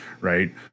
right